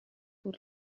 pour